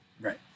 right